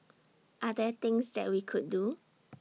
are there things that we could do